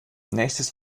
nächstes